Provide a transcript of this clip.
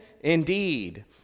indeed